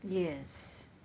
yes